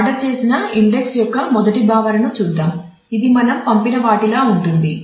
order చేసిన index యొక్క మొదటి భావనను చూద్దాం ఇది మనం పంపిన వాటిలా ఉంటుంది